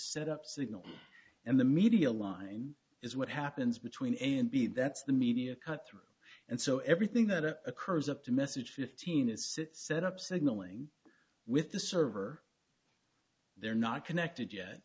set up signal and the media line is what happens between a and b that's the media cut through and so everything that it occurs up to message fifteen is set up signaling with the server they're not connected yet